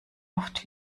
oft